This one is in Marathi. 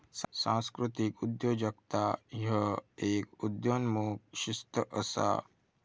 सांस्कृतिक उद्योजकता ह्य एक उदयोन्मुख शिस्त असा